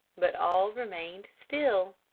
but all remained still.